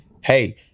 hey